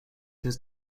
his